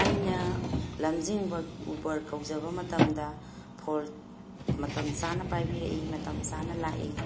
ꯑꯩꯅ ꯂꯝꯖꯤꯡꯕ ꯎꯕꯔ ꯀꯧꯖꯕ ꯃꯇꯝꯗ ꯐꯣꯟ ꯃꯇꯝ ꯆꯥꯅ ꯄꯥꯏꯕꯤꯔꯛꯏ ꯃꯇꯝ ꯆꯥꯅ ꯂꯥꯛꯏ